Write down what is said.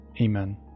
Amen